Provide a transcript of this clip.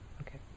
Okay